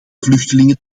vluchtelingen